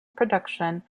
production